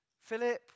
Philip